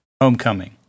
homecoming